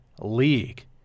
league